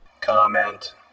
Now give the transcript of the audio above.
Comment